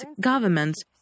governments